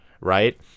right